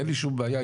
אין לי שום בעיה,